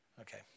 Okay